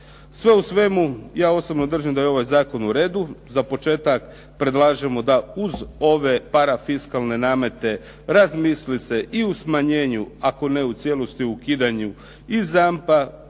Sve u svemu, ja osobno držim da je ovaj zakon u redu. Za početak predlažemo da uz ove parafiskalne namete razmisli se i o smanjenju ako ne u cijelosti o ukidanju i ZAMP-a,